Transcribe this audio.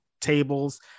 tables